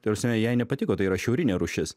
ta prasme jai nepatiko tai yra šiaurinė rūšis